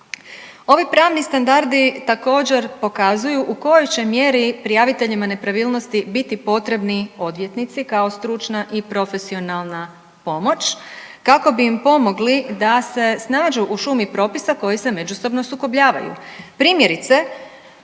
Ovi pravni standardi također, pokazuju u kojoj će mjeri prijaviteljima nepravilnosti biti potrebni odvjetnici kao stručna i profesionalna pomoć kako bi im pomogli da se snađu u šumi propisa koji se međusobno sukobljavaju. Primjerice,